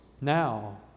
now